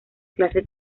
clase